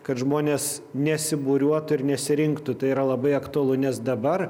kad žmonės nesibūriuotų ir nesirinktų tai yra labai aktualu nes dabar